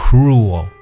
Cruel